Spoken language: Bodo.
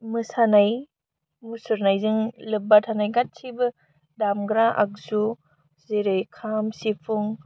मोसानाय मुसुरनायजों लोब्बा थानाय गासिबो दामग्रा आगजु जेरै खाम सिफुं